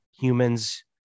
humans